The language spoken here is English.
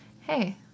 hey